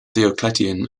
diocletian